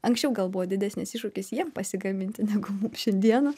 anksčiau gal buvo didesnis iššūkis jiem pasigaminti negu mum šiandieną